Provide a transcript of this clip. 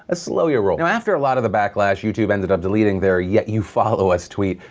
ah slow your role now after a lot of the backlash, youtube ended up deleting their yet you follow us. tweet,